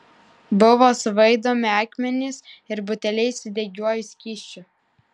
buvo svaidomi akmenys ir buteliai su degiuoju skysčiu